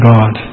God